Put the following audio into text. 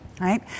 Right